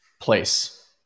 place